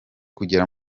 kugera